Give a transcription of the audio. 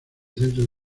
centro